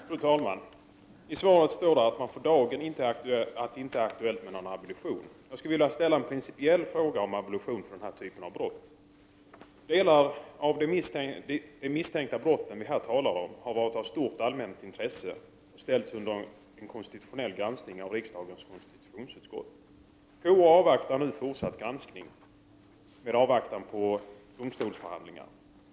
Fru talman! I svaret står att det för dagen inte är aktuellt med någon abolition. Jag skulle vilja ställa en principiell fråga om abolition för denna typ av brott. En del av de misstänkta brott vi här talar om har varit av stort allmänt intresse och ställts under en konstitutionell granskning av riksdagens konstitutionsutskott. Konstitutionsutskottet avvaktar nu fortsatt granskning i avvaktan på domstolförhandlingarna.